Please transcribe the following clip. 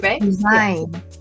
design